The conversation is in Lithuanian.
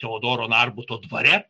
teodoro narbuto dvare